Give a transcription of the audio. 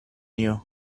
you